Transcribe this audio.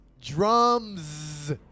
Drums